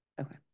okay